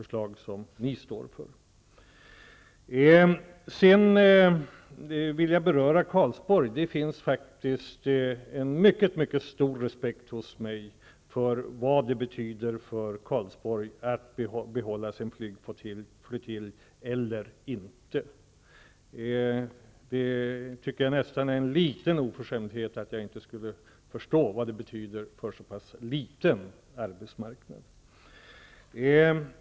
Sedan vill jag beröra Karlsborg. Jag har faktiskt en mycket stor respekt för vad det betyder för Karlsborg om man får behålla sin flygflottilj eller inte. Det är nästan en oförskämdhet att påstå att jag inte skulle förstå vad det betyder för en så pass liten arbetsmarknad.